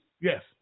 Yes